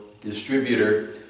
distributor